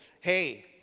hey